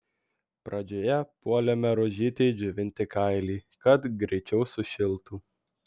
pradžioje puolėme rožytei džiovinti kailį kad greičiau sušiltų